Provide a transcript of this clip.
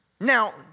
Now